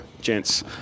gents